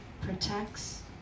protects